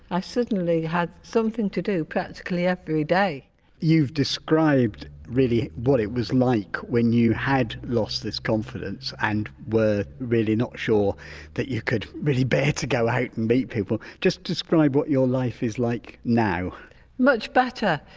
i suddenly had something to do practically every day you've described really what it was like when you had lost this confidence and were really not sure that you could really bare to go out and meet people, just describe what your life is like now much better.